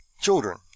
children